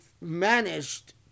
managed